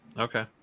Okay